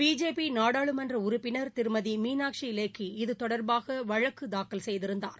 BJP நாடாளுமன்ற உறுப்பினர் திருமதி மீனாட்சி லேக்கி இதுதொடர்பாக வழக்கு தாக்கல் செய்திருந்தார்